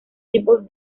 tipo